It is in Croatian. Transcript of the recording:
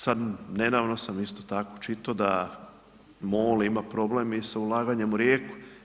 Sada nedavno sam isto tako čitao, da MOL ima problem i sa ulaganjem u Rijeku.